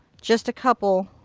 just a couple.